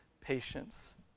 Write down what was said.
patience